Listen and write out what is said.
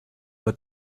but